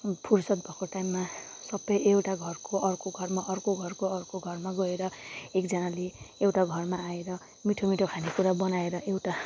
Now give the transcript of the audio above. फुर्सद भएको टाइममा सबै एउटा घरको अर्को घरमा अर्को घरको अर्को घरमा गएर एकजानाले एउटा घरमा आएर मिठो मिठो खानेकुरा बनाएर एउटा